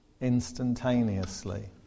instantaneously